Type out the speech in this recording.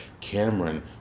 Cameron